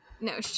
No